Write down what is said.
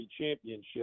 championship